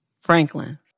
Franklin